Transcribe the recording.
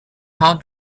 hall